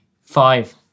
Five